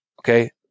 Okay